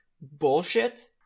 bullshit